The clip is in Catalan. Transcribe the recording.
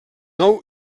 nou